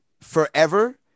forever